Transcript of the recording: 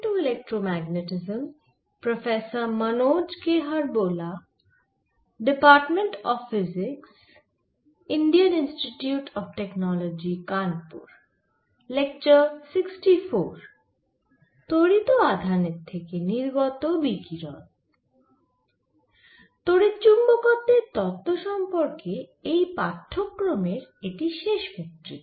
তড়িৎচুম্বকত্বের তত্ত্ব সম্পর্কে এই পাঠ্যক্রমের এটি শেষ বক্তৃতা